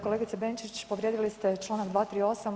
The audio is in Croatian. Kolegice Benčić povrijedili ste članak 238.